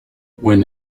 when